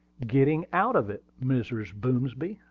getting out of it, mrs. boomsby,